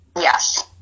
Yes